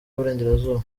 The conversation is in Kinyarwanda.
y’uburengerazuba